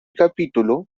capítulo